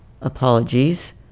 Apologies